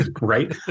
Right